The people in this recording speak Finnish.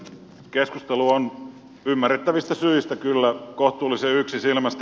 keskustelu on ymmärrettävistä syistä kyllä kohtuullisen yksisilmäistä